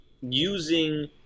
using